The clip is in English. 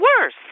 worse